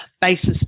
basis